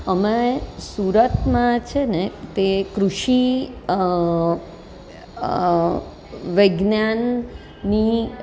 અમે સુરતમાં છે ને તે કૃષિ વિજ્ઞાનની